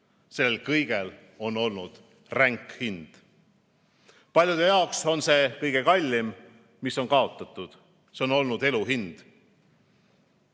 Sel kõigel on olnud ränk hind. Paljude jaoks on olnud see kõige kallim, mis on kaotatud, see on olnud elu hind.